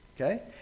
okay